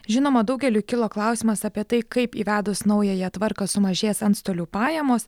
žinoma daugeliui kilo klausimas apie tai kaip įvedus naująją tvarką sumažės antstolių pajamos